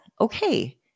Okay